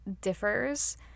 differs